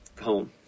home